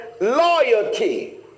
loyalty